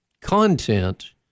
content